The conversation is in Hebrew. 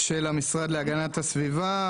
של המשרד להגנת הסביבה,